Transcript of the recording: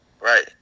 Right